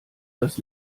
das